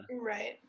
right